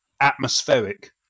atmospheric